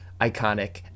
iconic